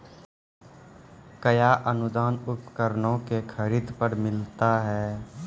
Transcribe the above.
कया अनुदान उपकरणों के खरीद पर मिलता है?